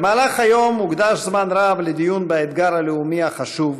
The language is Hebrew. במהלך היום הוקדש זמן רב לדיון באתגר הלאומי החשוב,